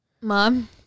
Mom